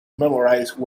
memorize